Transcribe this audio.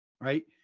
Right